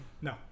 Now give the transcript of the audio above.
No